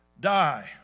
Die